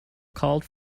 called